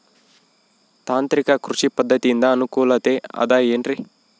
ತಾಂತ್ರಿಕ ಕೃಷಿ ಪದ್ಧತಿಯಿಂದ ಅನುಕೂಲತೆ ಅದ ಏನ್ರಿ?